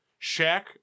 Shaq